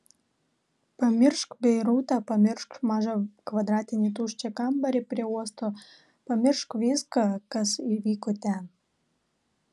pamiršk beirutą pamiršk mažą kvadratinį tuščią kambarį prie uosto pamiršk viską kas įvyko ten